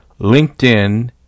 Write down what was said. LinkedIn